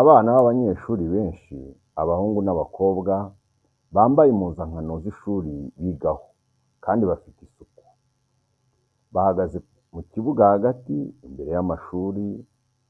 Abana b'abanyeshuri benshi abahungu n'abakobwa bambaye impuzankano z'ishuri bigaho kandi bafite isuku, bahagaze mu kibuga hagati imbere y'amashuri